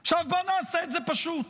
עכשיו, בוא נעשה את זה פשוט,